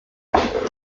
where